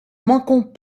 manquons